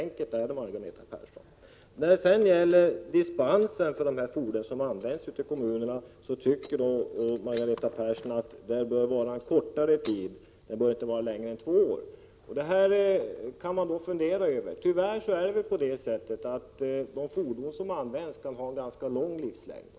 Margareta Persson anser att de dispenser som skall ges för fordon som används av kommunerna bör gälla under en kortare tid än vad utskottet föreslår, att de inte bör vara längre än två år. Detta kan man diskutera, men tyvärr kan de fordon som används ha en ganska lång livslängd.